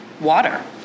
water